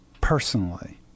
personally